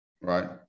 right